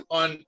on